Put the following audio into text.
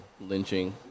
lynching